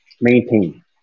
maintain